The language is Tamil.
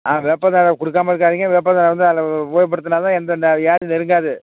ஆ வேப்பந்தழை கொடுக்காம இருக்காதீங்க வேப்பந்தழை வந்து அதை உபயோகப்படுத்துனா தான் எந்த ந வியாதியும் நெருங்காது